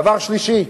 דבר שלישי,